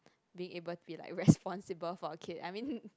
being able to be like responsible for a kid I mean